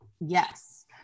Yes